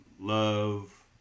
love